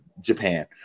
Japan